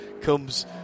comes